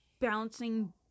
bouncing